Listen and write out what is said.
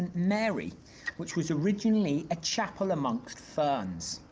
mary which was originally a chapel amongst ferns.